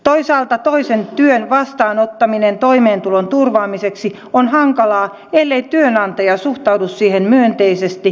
toisaalta toisen työn vastaanottaminen toimeentulon turvaamiseksi on hankalaa ellei työnantaja suhtaudu siihen myönteisesti ja joustavasti